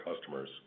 customers